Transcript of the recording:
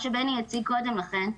מה שבני הציג קודם לכן,